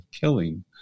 killing